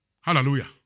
Hallelujah